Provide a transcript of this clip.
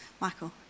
Michael